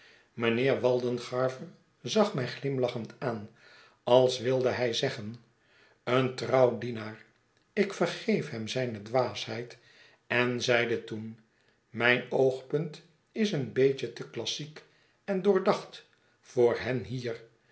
mijnheer waldengarver zag mij glimlachend aan als wilde hij zeggen een getrouw dienaar ik vergeef hem zijne dwaasheid en zeide toen mijn oogpunt is een beetje te klassiek en doordacht voor hen hier